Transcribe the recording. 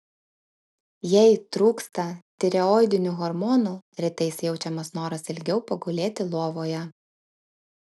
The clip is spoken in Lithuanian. jei trūksta tireoidinių hormonų rytais jaučiamas noras ilgiau pagulėti lovoje